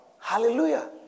Hallelujah